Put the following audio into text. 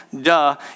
duh